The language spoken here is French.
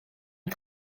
une